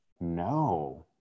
No